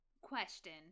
question